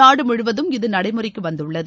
நாடு முழுவதும் இது நடைமுறைக்கு வந்துள்ளது